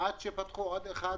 עד שפתחו עוד אחד,